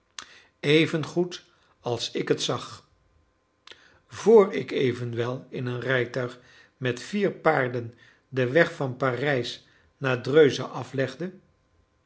evengoed als ik het zag vr ik evenwel in een rijtuig met vier paarden den weg van parijs naar dreuze aflegde